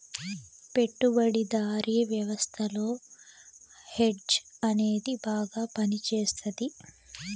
పెట్టుబడిదారీ వ్యవస్థలో హెడ్జ్ అనేది బాగా పనిచేస్తది